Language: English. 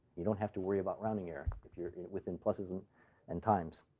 you don't have to worry about rounding error if you're with and pluses um and times.